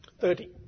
Thirty